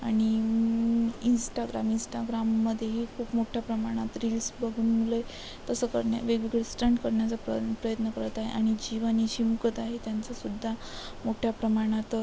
आणि इंस्टाग्राम इंस्टाग्राममध्येही खूप मोठ्या प्रमाणात रील्स बघून मुले तसं करण्या वेगवेगळे स्टंट करण्याचा प्र प्रयत्न करत आहे आणि जीवनाशी मुकत आहे त्यांचासुद्धा मोठ्या प्रमाणात